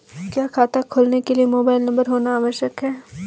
क्या खाता खोलने के लिए मोबाइल नंबर होना आवश्यक है?